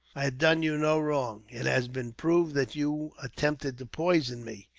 i had done you no wrong. it has been proved that you attempted to poison me.